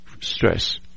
stress